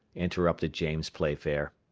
interrupted james playfair.